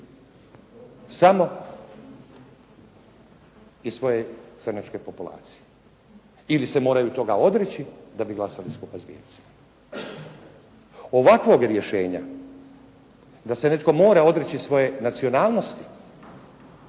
samo iz svoje crnačke populacije ili se moraju toga odreći da bi glasali skupa s bijelcima. Ovakvog rješenja da se netko mora odreći svoje nacionalnosti